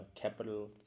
capital